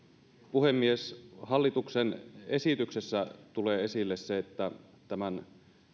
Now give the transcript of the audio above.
puhemies hallituksen esityksessä tulee esille se että tämän